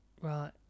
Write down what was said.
Right